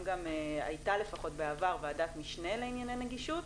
הייתה לפחות בעבר ועדת משנה לענייני נגישות,